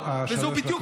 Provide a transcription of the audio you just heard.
נאור, שלוש הדקות עברו.